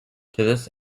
this